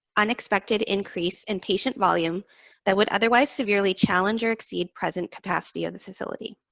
unexpected increase in patient volume that would otherwise severely challenge or exceed present capacity of the facility.